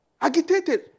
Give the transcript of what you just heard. Agitated